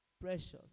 precious